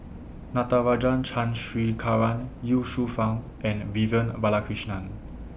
Natarajan Chandrasekaran Ye Shufang and Vivian Balakrishnan